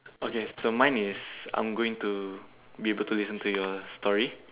okay so mine is I'm going to be able to listen to your story